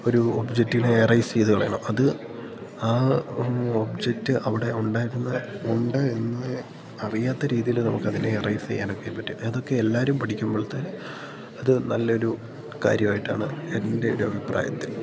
ഒരു ഒബ്ജക്റ്റിനെ എറേയ്സ്സ് ചെയ്ത് കളയണം അത് ആ ഒബ്ജെക്റ്റ് അവിടെ ഉണ്ടായിരുന്ന ഉണ്ട് എന്ന് അറിയാത്ത രീതിയിൽ നമുക്കതിനേ എറൈസ്സ് ചെയ്യാനൊക്കെപ്പറ്റും അതൊക്കെ എല്ലാരും പടിക്കുമ്പോൾത്തെ അത് നല്ലൊരു കാര്യമായിട്ടാണ് എൻ്റെ ഒരു അഭിപ്രായത്തിൽ